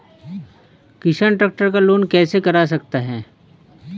किसान ट्रैक्टर का लोन कैसे करा सकता है?